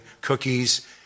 cookies